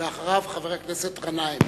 ואחריו, חבר הכנסת גנאים.